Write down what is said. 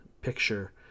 picture